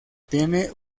tiene